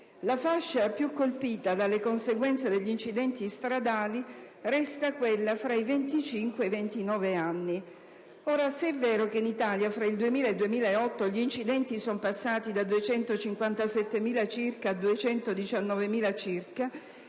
La fascia più colpita dalle conseguenze degli incidenti stradali resta quella tra i 25 e i 29 anni. Ora, se è vero che in Italia tra il 2000 e il 2008 gli incidenti sono passati da 256.546 circa a 218.963, i